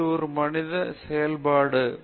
எனவே இது ஒரு மனித செயல்பாடு வளைவு